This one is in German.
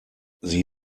sie